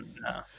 no